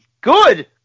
good